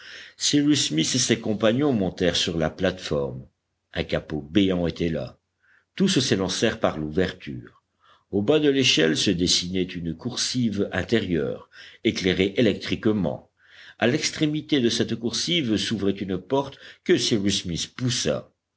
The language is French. cyrus smith et ses compagnons montèrent sur la plate-forme un capot béant était là tous s'élancèrent par l'ouverture au bas de l'échelle se dessinait une coursive intérieure éclairée électriquement à l'extrémité de cette coursive s'ouvrait une porte que cyrus smith poussa